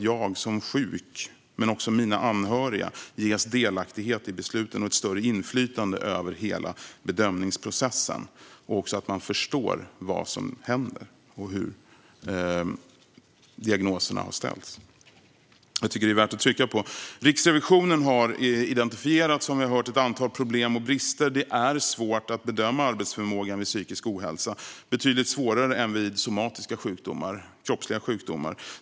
Jag som sjuk, men även mina anhöriga, görs delaktiga i besluten, och vi ges ett större inflytande över hela bedömningsprocessen, för att man ska förstå vad som händer och hur diagnoserna har ställts. Jag tycker att detta är värt att trycka på. Som vi har hört har Riksrevisionen identifierat ett antal problem och brister. Det är svårt att bedöma arbetsförmågan vid psykisk ohälsa - betydligt svårare än vid somatiska, kroppsliga, sjukdomar.